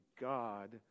God